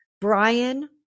Brian